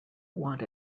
want